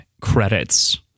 credits